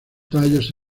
tallos